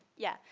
yeah.